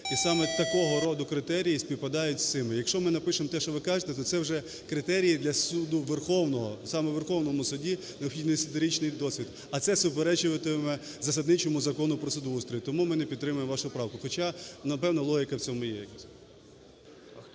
І саме такого роду критерії співпадають із цими. Якщо ми напишемо те, що ви кажете, то це вже критерії для Суду Верховного, саме у Верховному Суді необхідний десятирічний досвід, а це суперечитиме засадничому Закону про судоустрій, тому ми не підтримуємо вашу правку, хоча, напевно, логіка в цьому є якась.